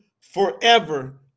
forever